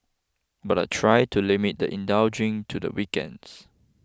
but I try to limit the indulging to the weekends